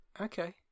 okay